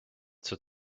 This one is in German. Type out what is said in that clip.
zur